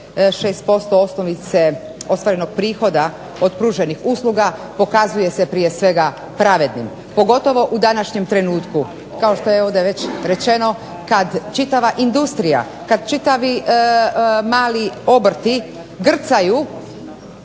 6% osnovice ostvarenog prihoda od pruženih usluga pokazuje se prije svega pravednim pogotovo u današnjem trenutku. Kao što je ovdje već rečeno kada čitava industrija, kada čitavi mali obrti grcaju